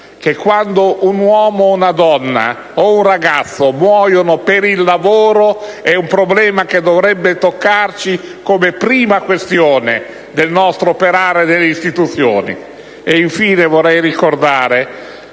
che quando un uomo, una donna o un ragazzo muoiono per il lavoro, il problema dovrebbe toccarci come prima questione del nostro operare nelle istituzioni. E infine, vorrei ricordare